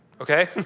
okay